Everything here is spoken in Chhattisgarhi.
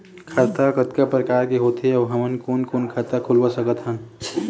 खाता कतका प्रकार के होथे अऊ हमन कोन कोन खाता खुलवा सकत हन?